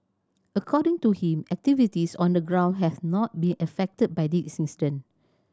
according to him activities on the ground have not been affected by this incident